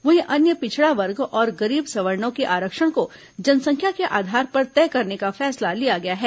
वहीं अन्य पिछड़ा वर्ग और गरीब सवर्णों के आरक्षण को जनसंख्या के आधार पर तय करने का फैसला लिया गया है